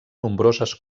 nombroses